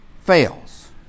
fails